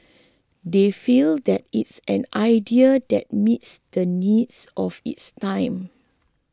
they feel that it's an idea that meets the needs of its time